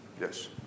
Yes